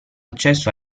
accesso